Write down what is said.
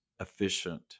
efficient